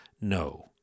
No